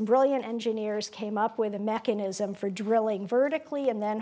brilliant engineers came up with a mechanism for drilling vertically and then